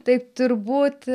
tai turbūt